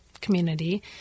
community